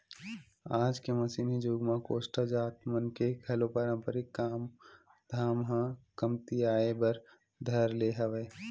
आज के मसीनी जुग म कोस्टा जात मन के घलो पारंपरिक काम धाम ह कमतियाये बर धर ले हवय